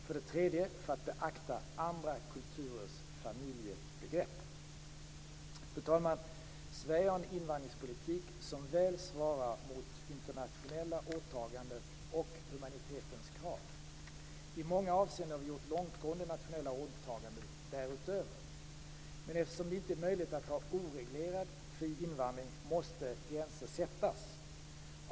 För det tredje för att beakta andra kulturers familjebegrepp. Sverige har en invandringspolitik som väl svarar mot internationella åtaganden och humanitetens krav. I många avseenden har vi gjort långtgående nationella åtaganden därutöver. Men eftersom det inte är möjligt att ha oreglerad, fri invandring måste gränser sättas.